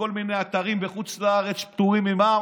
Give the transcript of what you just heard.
מכל מיני אתרים בחוץ לארץ בפטור ממע"מ,